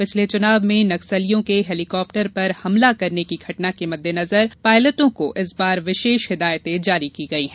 पिछले चुनाव में नक्सलियों के हेलीकाप्टर पर हमला करने की घटना के मद्देनजर पायलटों को इस बार विशेष हिदायते जारी की गई है